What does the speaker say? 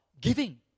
giving